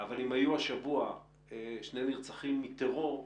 אבל אם היו השבוע שני נרצחים מטרור,